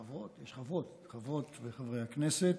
חברות וחברי הכנסת,